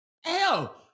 hell